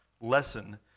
lesson